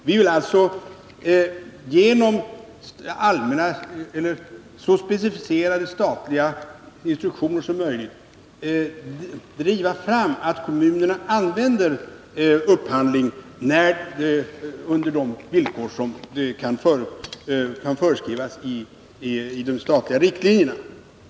Vi vill alltså genom så specificerade statliga instruktioner som möjligt driva fram att kommunerna använder upphandling under de villkor som kan föreskrivas i de statliga riktlinjerna.